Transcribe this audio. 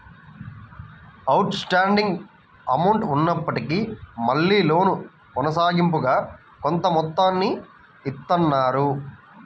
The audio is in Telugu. అవుట్ స్టాండింగ్ అమౌంట్ ఉన్నప్పటికీ మళ్ళీ లోను కొనసాగింపుగా కొంత మొత్తాన్ని ఇత్తన్నారు